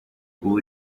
ubu